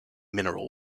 mineral